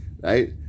Right